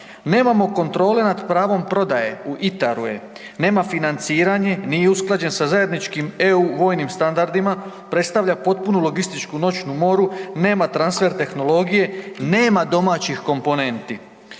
Nemamo kontrole nad pravom prodaje, u ITAR-u je, nema financiranje, nije usklađen sa zajedničkim EU vojnim standardima, predstavlja popunu logističku noćnu moru, nema transfer tehnologije, nema domaćih komponenti.